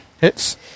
hits